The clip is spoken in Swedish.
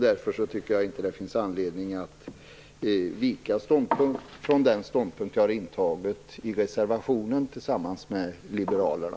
Därför tycker jag inte att det finns anledning att vika från den ståndpunkt jag har intagit i reservationen tillsammans med liberalerna.